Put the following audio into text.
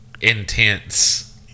intense